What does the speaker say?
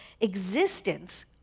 existence